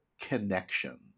connection